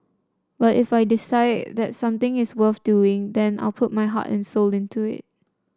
but if I decide that something is worth doing then I'll put my heart and soul into it